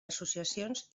associacions